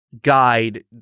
guide